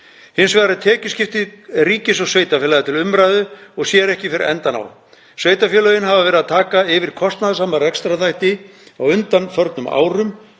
Hins vegar er tekjuskipting ríkis og sveitarfélaga til umræðu og sér ekki fyrir endann á því. Sveitarfélögin hafa verið að taka yfir kostnaðarsama rekstrarþætti á undanförnum árum